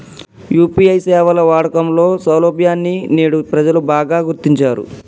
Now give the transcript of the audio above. UPI సేవల వాడకంలో సౌలభ్యాన్ని నేడు ప్రజలు బాగా గుర్తించారు